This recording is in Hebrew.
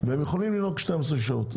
ויכולים לנהוג 12 שעות.